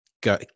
go